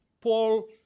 Paul